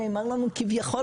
נאמר לנו כביכול,